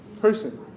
person